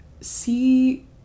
see